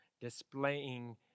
displaying